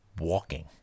walking